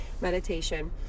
meditation